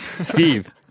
steve